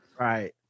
Right